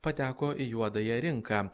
pateko į juodąją rinką